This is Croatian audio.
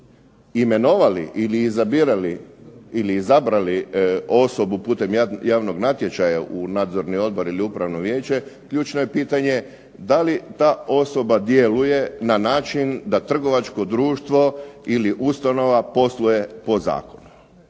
imenovali ili izabrali osobu putem javnog natječaja u nadzorni odbor ili upravno vijeće ključno je pitanje da li ta osoba djeluje na način da trgovačko društvo ili ustanova posluje po Zakonu.